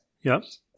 Yes